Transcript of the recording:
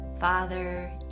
Father